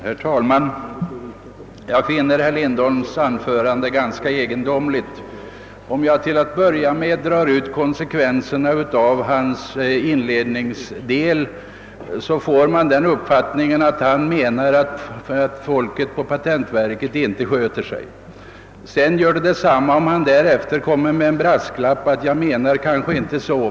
Herr talman! Jag finner herr Lindholms anförande ganska egendomligt. För att till att börja med dra ut konsekvenserna av den inledande delen får man härav den uppfattningen, att han menar att personalen på patentverket inte sköter sig. Det har sedan inte så stor betydelse, att han därefter tillfogar en brasklapp om att han kanske inte menar så.